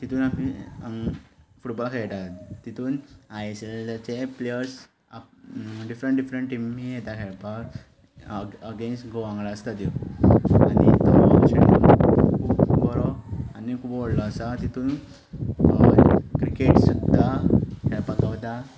तितूंत आमी फुटबॉल खेळटात तितून आय एस एलाचे प्लेयर्स डिफ्रंट डिफ्रंट टिमी येता खेळपाक अगेन्स्ट गोवा वांगडा आसता त्यो आनी तो स्टेडियम खूब बरो आनी खूब व्हडलो आसा तितूंत क्रिकेट सुद्दां खेळपाक गावता